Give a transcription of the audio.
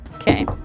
okay